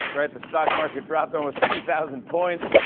right, the stock market dropped almost two thousand points.